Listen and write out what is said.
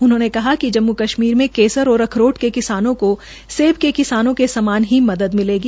उन्होंने कहा कि जम्मू कश्मीर में केसर और अखरोट के किसानों को सेब के किसानों के समान मदद मिलेगी